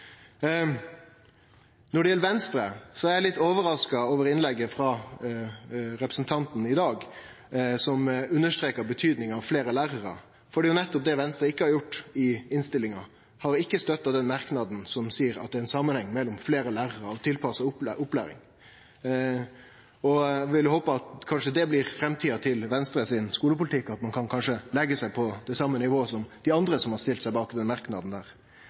Når det gjeld Venstre, er eg litt overraska over innlegget frå representanten Abrahamsen i dag som understreka betydninga av fleire lærarar, for det er nettopp det Venstre ikkje har gjort i innstillinga, dei har ikkje støtta den merknaden som seier at det er ein samanheng mellom fleire lærarar og tilpassa opplæring. Eg håpar at det blir framtida til Venstres skulepolitikk, at ein kanskje kan leggje seg på det same nivået som dei andre som har stilt seg bak den merknaden.